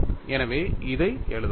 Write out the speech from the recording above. எனவே இதை எழுதலாம்